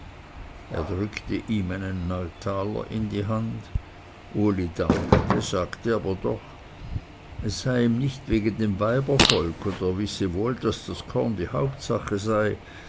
drückte ihm einen neutaler in die hand uli dankte sagte aber doch es sei ihm nicht wegen dem weibervolk und er wisse wohl daß das korn die hauptsache sei